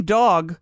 dog